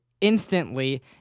instantly